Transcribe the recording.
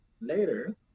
later